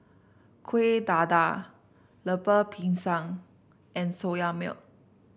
Kueh Dadar Lemper Pisang and Soya Milk